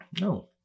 No